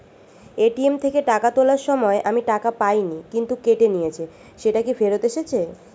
ATM থেকে টাকা তোলার সময় আমি টাকা পাইনি কিন্তু কেটে নিয়েছে সেটা কি ফেরত এসেছে?